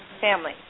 family